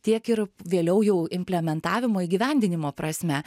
tiek ir vėliau jau implementavimo įgyvendinimo prasme